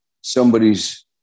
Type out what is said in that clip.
somebody's